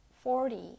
forty